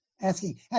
asking